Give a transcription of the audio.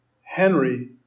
Henry